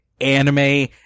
anime